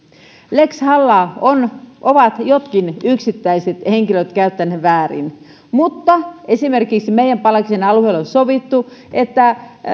lex hallaa ovat jotkut yksittäiset henkilöt käyttäneet väärin mutta esimerkiksi meillä pallaksen alueella on sovittu että